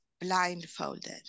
blindfolded